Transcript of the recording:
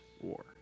war